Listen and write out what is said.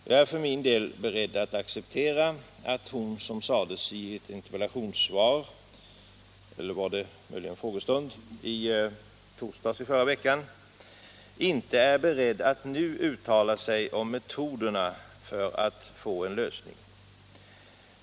Jag är för min del beredd att acceptera att hon, som sades i ett svar på en fråga i torsdags i förra veckan, inte är beredd att nu uttala sig om metoderna för att få en lösning.